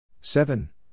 Seven